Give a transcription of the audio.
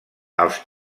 els